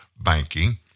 banking